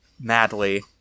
madly